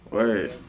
Word